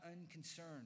unconcerned